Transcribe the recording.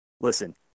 Listen